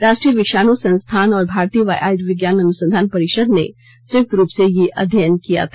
राष्ट्रीय विषाणु संस्थान और भारतीय आयुर्विज्ञान अनुसंधान परिषद ने संयुक्त रूप से यह अध्ययन किया था